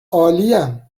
عالیم